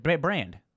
Brand